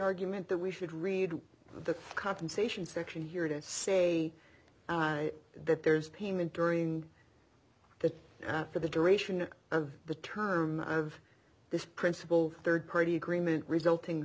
argument that we should read the compensation section here to say that there's payment during the for the duration of the term of this principle third party agreement resulting